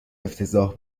افتضاح